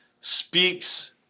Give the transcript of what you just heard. speaks